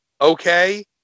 okay